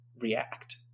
react